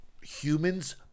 Humans